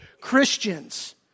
Christians